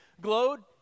glowed